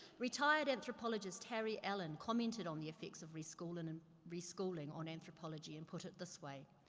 retired anthropologist, harry ellen, commented on the effects of re-schoolin, and re-schooling on anthropology and put it this way,